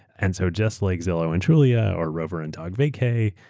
and so just like zillow and trulia, or rover and dogvacay,